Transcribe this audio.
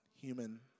human